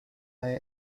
they